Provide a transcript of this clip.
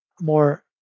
more